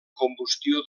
combustió